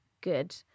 good